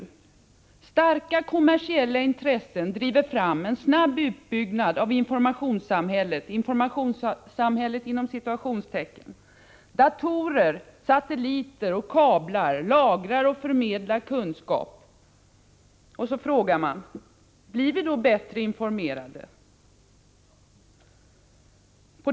Starka kommersiella intressen driver fram en snabb utbyggnad av ”informationssamhället”. Datorer, satelliter och kablar lagrar och förmedlar kunskap. Blir vi då bättre informerade?